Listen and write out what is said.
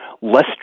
less